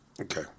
Okay